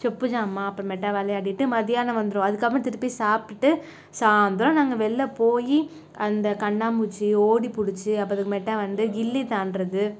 சொப்பு ஜாமான் அப்புறமேட்டா விளயாடிட்டு மதியானம் வந்துடுவோம் அதுக்கப்புறம் திருப்பி சாப்பிடுட்டு சாந்திரம் நாங்கள் வெளில போய் அந்த கண்ணாமூச்சி ஓடி பிடிச்சி அப்புறமேட்டா வந்து கில்லி தாண்டுகிறது